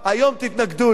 היום תתנגדו לה.